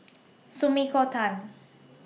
Sumiko Tan